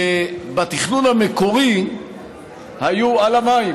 ובתכנון המקורי הם היו על המים,